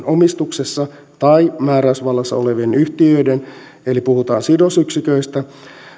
omistuksessa tai määräysvallassa olevien yhtiöiden eli puhutaan si dosyksiköistä